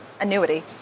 Annuity